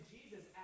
Jesus